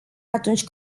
atunci